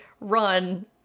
run